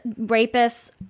Rapists